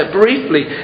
briefly